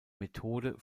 methode